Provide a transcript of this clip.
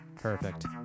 Perfect